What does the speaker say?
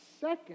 Second